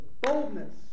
boldness